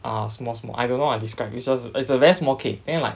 err small small I don't know what I describe it's just it's a very small cake then like